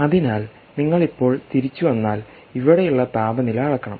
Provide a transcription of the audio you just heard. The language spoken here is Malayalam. അതിനാൽ നിങ്ങൾ ഇപ്പോൾ തിരിച്ചുവന്നാൽ ഇവിടെയുള്ള താപനില അളക്കണം